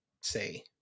say